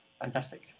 Fantastic